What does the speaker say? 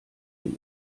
ihm